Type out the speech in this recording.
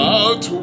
out